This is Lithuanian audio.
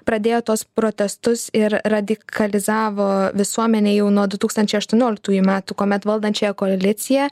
pradėjo tuos protestus ir radikalizavo visuomenę jau nuo du tūkstančiai aštuonioliktųjų metų kuomet valdančiąją koaliciją